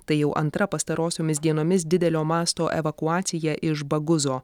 tai jau antra pastarosiomis dienomis didelio masto evakuacija iš baguzo